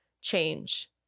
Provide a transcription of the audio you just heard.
change